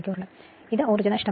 അതിനാൽ ഇത് ഊർജ്ജ നഷ്ടമാണ്